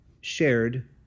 shared